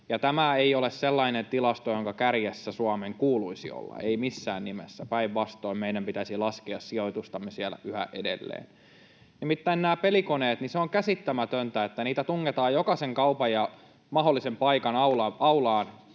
tämä ei ole sellainen tilasto, jonka kärjessä Suomen kuuluisi olla, ei missään nimessä, päinvastoin meidän pitäisi laskea sijoitustamme siellä yhä edelleen. Nimittäin on käsittämätöntä, että näitä pelikoneita tungetaan jokaisen kaupan ja mahdollisen paikan aulaan,